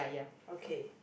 okay